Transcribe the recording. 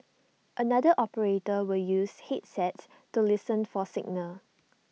another operator will use headsets to listen for signal